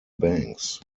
banks